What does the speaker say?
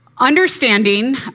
Understanding